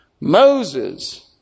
Moses